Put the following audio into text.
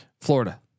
Florida